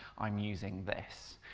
i'm using this.